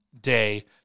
day